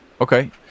Okay